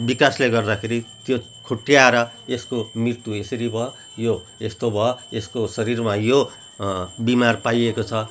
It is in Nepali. विकासले गर्दाखेरि त्यो खुट्याएर यसको मृत्यु यसरी भयो यो यस्तो भयो यसको शरीरमा यो बिमार पाइएको छ